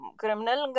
criminal